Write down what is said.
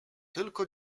tylko